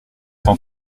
cent